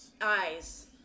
Eyes